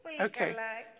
okay